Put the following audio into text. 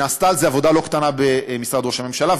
נעשתה על זה עבודה לא קטנה במשרד ראש הממשלה.